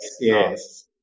yes